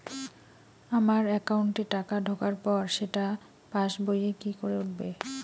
আমার একাউন্টে টাকা ঢোকার পর সেটা পাসবইয়ে কি করে উঠবে?